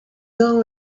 down